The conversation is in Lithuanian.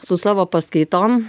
su savo paskaitom